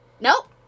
Nope